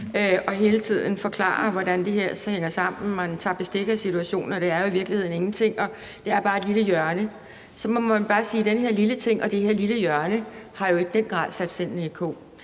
og hele tiden forklarer, hvordan det her hænger sammen: Man tager bestik af situationen, og det er i virkeligheden ingenting, og det er bare et lille hjørne. Så må man bare sige, at den her lille ting og det her lille hjørne i den grad har sat sindene